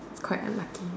it's quite unlucky